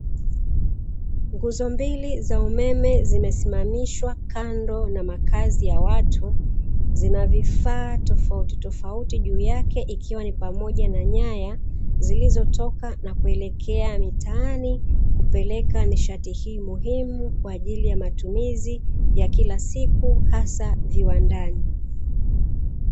Nguzo mbili za umeme zimesimamaishwa kando na makazi ya watu, zina vifaa tofautitofauti juu yake ikiwa ni pamoja na nyaya zilizotoka na kuelekea mitaani, kupeleka nishati hii muhimu kwa ajili ya matumizi ya kila siku hasa viwandani.